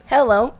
Hello